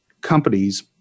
companies